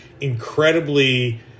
incredibly